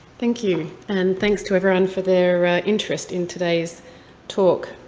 thank you. and thanks to everyone for their interest in today's talk.